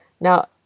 Now